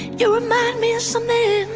you remind me of something,